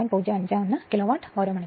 051 kilowatt മണിക്കൂർ